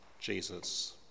Jesus